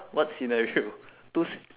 what scenario two s~